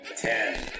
Ten